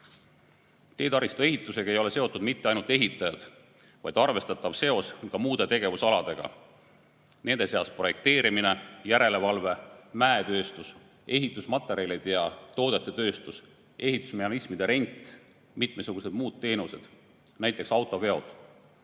Teetaristu ehitusega ei ole seotud mitte ainult ehitajad, vaid arvestatav seos on ka muude tegevusaladega, nende seas projekteerimine, järelevalve, mäetööstus, ehitusmaterjalide ja ‑toodete tööstus, ehitusmehhanismide rent, mitmesugused muud teenused, näiteks autoveod.